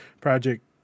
project